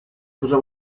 cosa